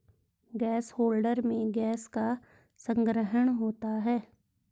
gas holder में gas का संग्रहण होता है